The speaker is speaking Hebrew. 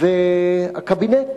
הקבינט